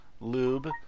lube